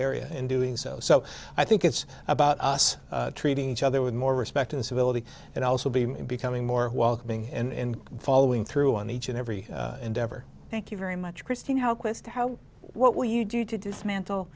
area in doing so so i think it's about us treating each other with more respect and civility and also be becoming more while being in following through on each and every endeavor thank you very much christine how quick how what will you do to dismantle